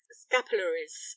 scapularies